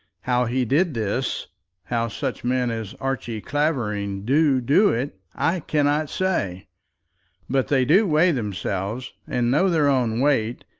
how he did this how such men as archie clavering do do it i cannot say but they do weigh themselves, and know their own weight,